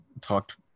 talked